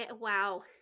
wow